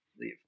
leave